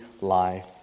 life